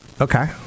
Okay